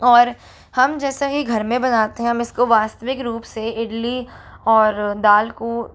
और हम जैसा ही घर में बनाते हैं हम इसको वास्तविक रूप से इडली और दाल को